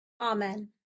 Amen